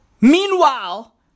Meanwhile